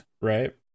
right